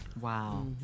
Wow